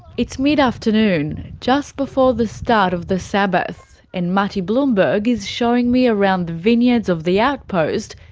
it's mid-afternoon, just before the start of the sabbath, and mati bloomberg is showing me around the vineyards of the outpost,